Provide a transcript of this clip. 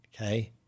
Okay